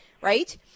Right